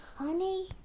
honey